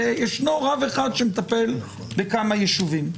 וישנו רב אחד שמטפל בכמה יישובים.